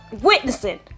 witnessing